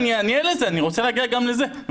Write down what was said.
אני אענה לזה, אני רוצה להגיע גם לזה.